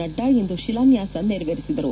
ನಡ್ಡಾ ಇಂದು ಶಿಲಾನ್ಲಾಸ ನೆರವೇರಿಸಿದರು